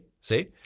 see